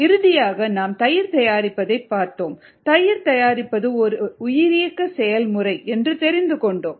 இறுதியாக நாம் தயிர் தயாரிப்பைப் பார்த்தோம் தயிர் தயாரிப்பதும் ஒரு உயிரியக்க செயல்முறை என்று தெரிந்துகொண்டோம்